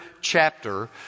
chapter